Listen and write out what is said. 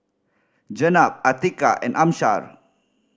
Jenab Atiqah and Amsyar